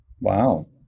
Wow